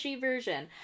version